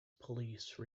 police